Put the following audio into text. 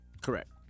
Correct